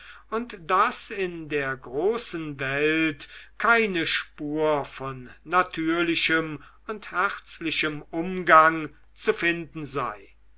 und daß in der großen welt keine spur von natürlichem und herzlichem umgang zu finden sei